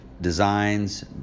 designs